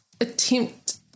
attempt